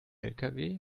lkw